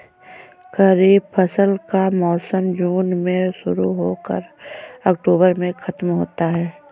खरीफ फसल का मौसम जून में शुरू हो कर अक्टूबर में ख़त्म होता है